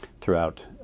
Throughout